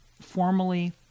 formally